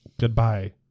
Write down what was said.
goodbye